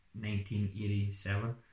1987